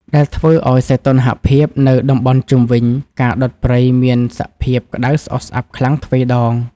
ដែលធ្វើឱ្យសីតុណ្ហភាពនៅតំបន់ជុំវិញការដុតព្រៃមានសភាពក្ដៅស្អុះស្អាប់ខ្លាំងទ្វេដង។